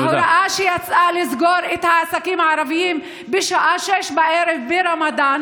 ההוראה שיצאה לסגור את העסקים הערביים בשעה 18:00 בערב ברמדאן